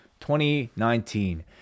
2019